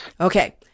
Okay